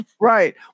Right